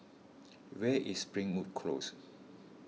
where is Springwood Close